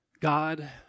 God